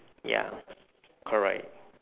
ya correct